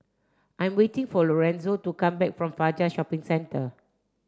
I'm waiting for Lorenzo to come back from Fajar Shopping Centre